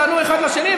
תענו אחד לשני,